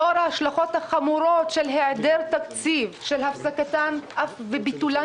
לאור ההשלכות החמורות של היעדר תקציב ושל הפסקתן ואף ביטולן